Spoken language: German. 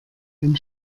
ein